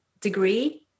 degree